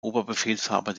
oberbefehlshaber